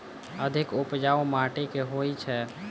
अधिक उपजाउ माटि केँ होइ छै?